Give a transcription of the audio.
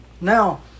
Now